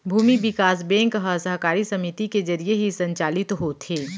भूमि बिकास बेंक ह सहकारी समिति के जरिये ही संचालित होथे